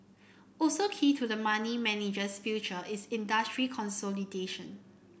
also key to the money manager's future is industry consolidation